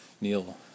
Neil